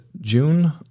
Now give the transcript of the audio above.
June